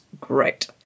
great